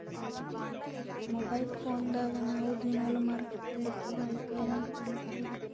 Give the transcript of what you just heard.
Mobile phone ದಾಗ ನಾವು ದಿನಾಲು ಮಾರುಕಟ್ಟೆ ರೇಟ್ ಮಾಹಿತಿ ಹೆಂಗ ಪಡಿಬಹುದು?